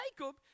Jacob